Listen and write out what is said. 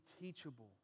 teachable